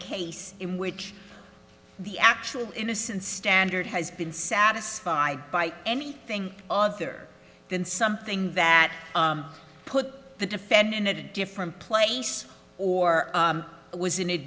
case in which the actual innocence standard has been satisfied by anything other than something that put the defendant in a different place or was in